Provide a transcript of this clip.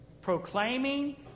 Proclaiming